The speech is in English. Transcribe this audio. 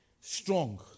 strong